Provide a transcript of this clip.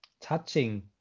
touching